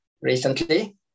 recently